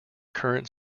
current